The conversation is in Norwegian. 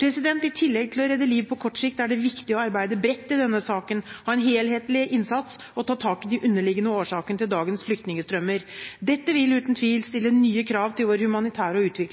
I tillegg til å redde liv på kort sikt er det viktig å arbeide bredt i denne saken – å ha en helhetlig innsats og ta tak i de underliggende årsakene til dagens flyktningstrømmer. Dette vil, uten tvil, stille nye krav til vår humanitære